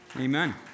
Amen